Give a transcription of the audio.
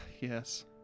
yes